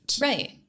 Right